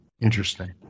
interesting